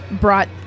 brought